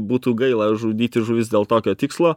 būtų gaila žudyti žuvis dėl tokio tikslo